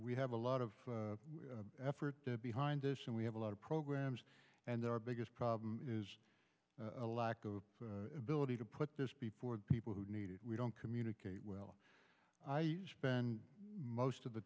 we have a lot of effort behind this and we have a lot of programs and our biggest problem is a lack of ability to put this before the people who need it we don't communicate well i spend most of the